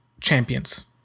champions